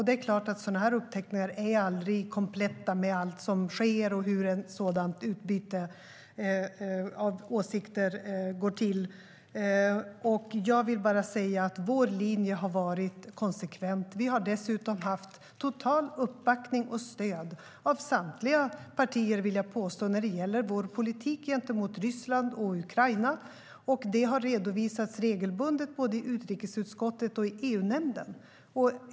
Det är klart att sådana här uppteckningar aldrig är kompletta med allt som sker och hur ett sådant utbyte av åsikter går till. Jag vill bara säga att vår linje har varit konsekvent. Vi har dessutom haft total uppbackning och totalt stöd av samtliga partier, vill jag påstå, när det gäller vår politik gentemot Ryssland och Ukraina. Det har redovisats regelbundet i både utrikesutskottet och EU-nämnden.